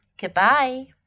goodbye